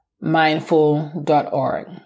mindful.org